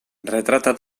retrata